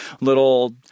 little